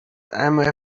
einmal